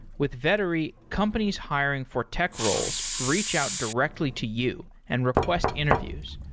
with vettery, companies hiring for tech roles reach out directly to you and request interviews.